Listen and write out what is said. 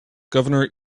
governor